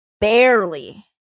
Barely